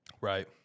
Right